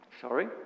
Sorry